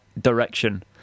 direction